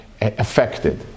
affected